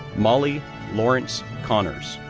molly lawrence connors,